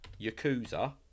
Yakuza